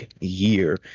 year